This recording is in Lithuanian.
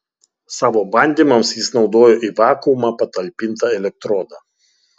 savo bandymams jis naudojo į vakuumą patalpintą elektrodą